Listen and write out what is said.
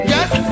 Yes